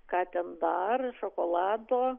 ką ten dar šokolado